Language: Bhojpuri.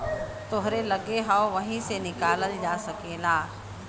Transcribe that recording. तोहरे लग्गे हौ वही से निकालल जा सकेला